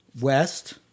west